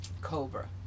Cobra